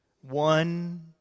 one